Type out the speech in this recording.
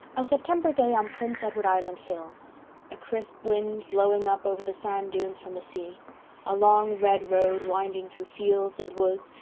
a september day on prince edward island hills a crisp wind blowing up over the sand dunes from the sea a long red road, winding through fields and woods,